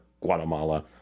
Guatemala